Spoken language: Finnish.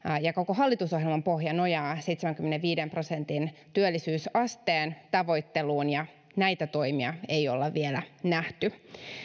ja koko hallitusohjelman pohja nojaavat seitsemänkymmenenviiden prosentin työllisyysasteen tavoitteluun ja näitä toimia ei olla vielä nähty